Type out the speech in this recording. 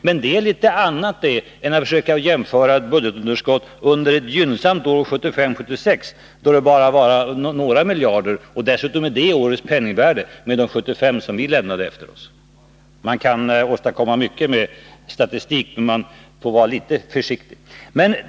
Men det är litet annat än att försöka jämföra budgetunderskottet under ett gynnsamt år, 1975/76, då det bara var några miljarder och dessutomi det årets penningvärde, med de 75 miljarder som vi lämnade efter oss. Man kan påstå mycket med statistik, men man får vara litet försiktig.